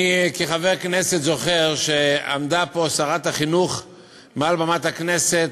אני כחבר כנסת זוכר שעמדה פה, מעל במת הכנסת,